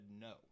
no